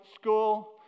school